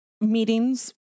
meetings